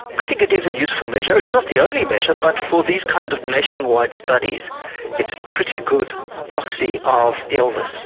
i think it is a useful measure. it's not the only measure but for these kind of nationwide studies it's a pretty good proxy of illness.